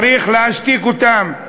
צריך להשתיק אותם.